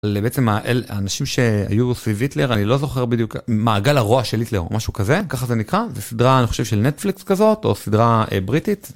לבעצם האנשים שהיו סביב היטלר, אני לא זוכר בדיוק, מעגל הרוע של היטלר או משהו כזה, ככה זה נקרא, זה סדרה, אני חושב, של נטפליקס כזאת או סדרה בריטית.